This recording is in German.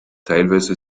teilweise